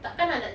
takkan nak